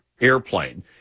airplane